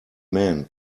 man